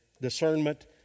discernment